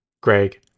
Greg